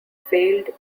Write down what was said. failed